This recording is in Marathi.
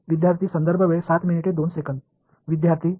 विद्यार्थी R आणि t